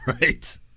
Right